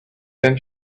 then